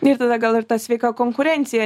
ir tada gal ir ta sveika konkurencija